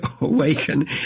awaken